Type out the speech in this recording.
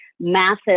massive